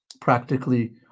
practically